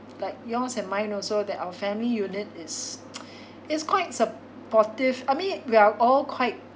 like yours and mine also that our family unit is is quite supportive I mean we are all quite